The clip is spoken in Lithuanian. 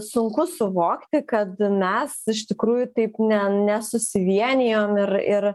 sunku suvokti kad mes iš tikrųjų taip ne nesusivienijom ir ir